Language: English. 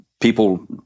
people